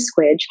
Squidge